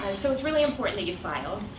so it's really important that you file.